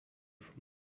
from